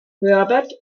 herbert